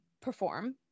perform